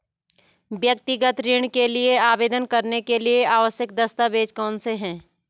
व्यक्तिगत ऋण के लिए आवेदन करने के लिए आवश्यक दस्तावेज़ कौनसे हैं?